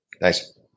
Nice